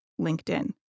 LinkedIn